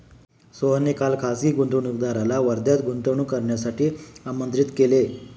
सोहनने काल खासगी गुंतवणूकदाराला वर्ध्यात गुंतवणूक करण्यासाठी आमंत्रित केले